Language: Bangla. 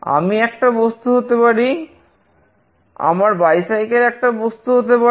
আমি একটা বস্তু হতে পারি আমার ব্যাগ একটা বস্তু হতে পারে